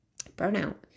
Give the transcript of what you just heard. burnout